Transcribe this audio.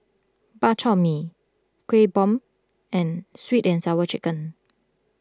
Bak Chor Mee Kueh Bom and Sweet and Sour Chicken